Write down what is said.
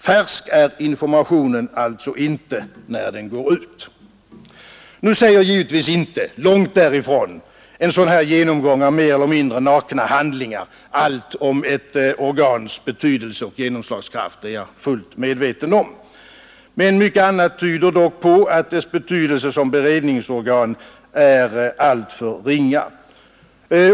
Färsk är informationen alltså inte när den går ut. En genomgång av sådana här mer eller mindre nakna handlingar säger givetvis inte, långt därifrån, allt om ett organs betydelse och genomslagskraft. Det är jag fullt medveten om. Men mycket tyder dock på att dess betydelse som beredningsorgan är alltför ringa.